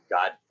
God